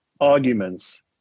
arguments